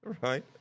Right